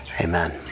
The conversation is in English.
Amen